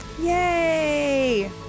Yay